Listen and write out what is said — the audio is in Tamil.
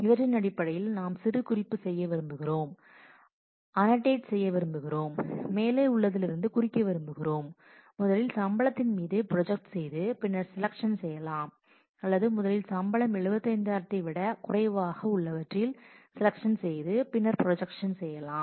இவற்றின் அடிப்படையில் நாம் சிறுகுறிப்பு செய்ய விரும்புகிறோம் அன்னோட்டேட் செய்ய விரும்புகிறோம் மேலே உள்ளதில் இருந்து குறிக்க விரும்புகிறோம் முதலில் சம்பளத்தின் மீது ப்ரொஜெக்ட் செய்து பின்னர் செலக்ஷன் செய்யலாம் அல்லது முதலில் சம்பளம் 75000 ஐ விட குறைவாக உள்ளவற்றில் செலக்ஷன் செய்து பின்னர் ப்ரொஜெக்ட் செய்யலாம்